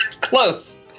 Close